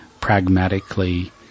pragmatically